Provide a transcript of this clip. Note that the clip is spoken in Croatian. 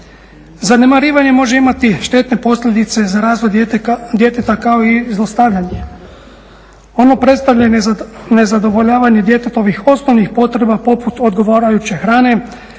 Zanemarivanje može imati štetne posljedice za razvoj djeteta kao i zlostavljanje. Ono predstavlja i nezadovoljavanje djetetovih osnovnih potreba poput odgovarajuće hrane,